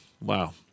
Wow